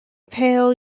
pale